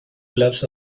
clubs